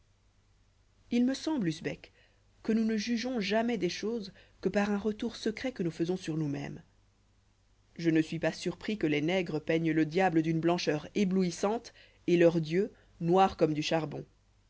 il me semble usbek que nous ne jugeons jamais des choses que par un retour secret que nous faisons sur nous-mêmes je ne suis pas surpris que les nègres peignent le diable d'une blancheur éblouissante et leurs dieux noirs comme du charbon